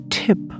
tip